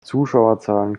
zuschauerzahlen